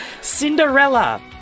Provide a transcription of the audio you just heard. Cinderella